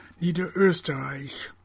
Niederösterreich